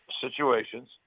situations